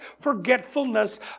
forgetfulness